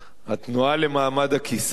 התנועה למעמד הכיסא.